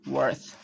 Worth